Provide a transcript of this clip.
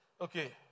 Okay